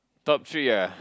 top three ah